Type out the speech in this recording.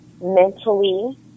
mentally